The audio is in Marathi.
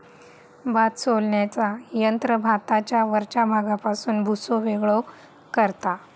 भात सोलण्याचा यंत्र भाताच्या वरच्या भागापासून भुसो वेगळो करता